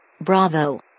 Bravo